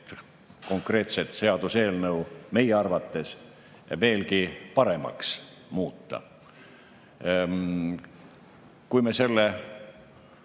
konkreetset seaduseelnõu meie arvates veelgi paremaks muuta. Kui me selle